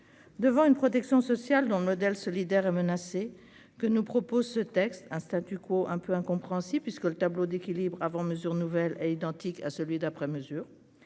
devant une protection sociale dont le modèle solidaire et menacé que nous propose ce texte un statu quo un peu incompréhensible puisque le tableau d'équilibre avant mesure nouvelle est identique à celui d'après mesures